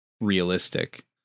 realistic